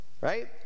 Right